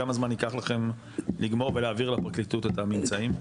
כמה זמן ייקח לכם לגמור ולהעביר לפרקליטות את הממצאים?